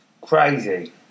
Crazy